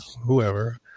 whoever